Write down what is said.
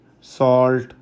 salt